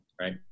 right